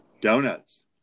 donuts